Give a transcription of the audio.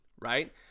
right